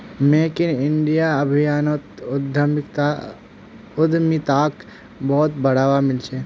make in India अभियानोत उद्यमिताक बहुत बढ़ावा मिल छ